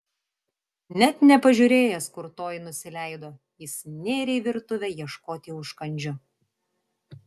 net nepažiūrėjęs kur toji nusileido jis nėrė į virtuvę ieškoti užkandžių